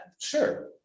Sure